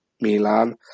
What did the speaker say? Milan